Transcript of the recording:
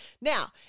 Now